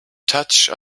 touched